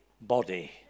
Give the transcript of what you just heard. body